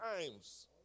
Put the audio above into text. times